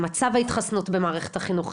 מצב ההתחסנות במערכת החינוך,